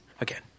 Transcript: again